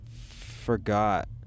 forgot